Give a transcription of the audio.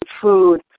food